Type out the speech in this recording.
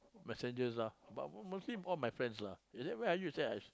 messages lah but but mostly all my friends lah they say where are you I say